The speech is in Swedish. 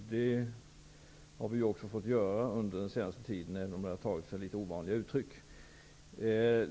Det har vi också gjort under den senaste tiden, även om diskussionen har tagit sig litet ovanliga uttryck.